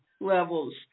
levels